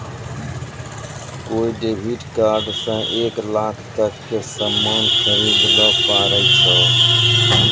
कोय debit card से एक लाख तक के सामान खरीदैल पारै छो